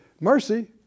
mercy